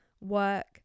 work